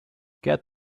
get